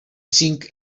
cinc